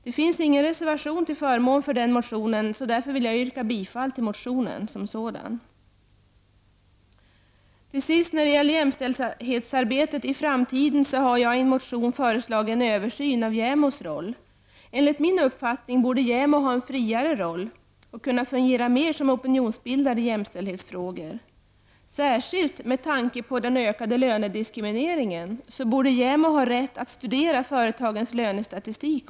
Det finns ingen reservation till förmån för denna motion, varför jag yrkar bifall till motionen som sådan. Till sist. När det gäller jämställdhetsarbetet i framtiden har jag i en motion föreslagit en översyn av JämOs roll. Enligt min uppfattning borde JämO ha en friare roll och kunna fungera mer som opinionsbildare i jämställdhetsfrågor. Särskilt med tanke på den ökande lönediskrimineringen borde JämO ha rätt att studera företagens lönestatistik.